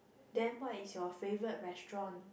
then what is your favorite restaurant